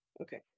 Okay